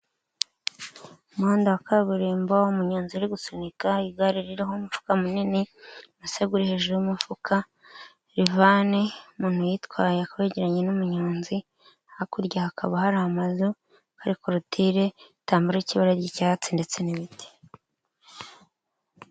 Umuhanda wa kaburimbo umuyanzi uri gusunika igare ririho umufuka munini umusego uri hejuru y'umufuka, ivani umuntu uyitwaye akaba yegeranye n'umuyonzi, hakurya hakaba hari amazu hari korotire igitambaro cy'ibara ry'icyatsi ndetse n'ibiti.